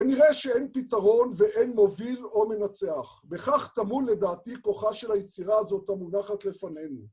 ונראה שאין פתרון ואין מוביל או מנצח. בכך טמון לדעתי כוחה של היצירה הזאת המונחת לפנינו.